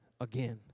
again